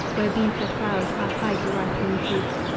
where bee-fed flowers half hide the ripening fruits.